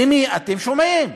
למי אתם שומעים?